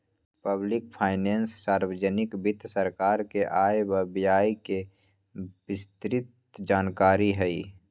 public finance सार्वजनिक वित्त सरकार के आय व व्यय के विस्तृतजानकारी हई